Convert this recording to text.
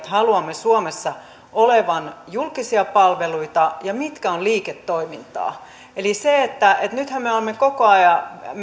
haluamme suomessa olevan julkisia palveluita ja mitkä ovat liiketoimintaa nythän me olemme koko ajan